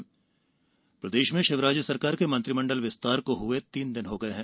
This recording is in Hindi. मंत्रिमंडल विमाग प्रदेश में शिवराज सरकार के मंत्रिमंडल विस्तार को हुए तीन दिन हो गये है